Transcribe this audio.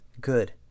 good